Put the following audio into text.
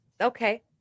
okay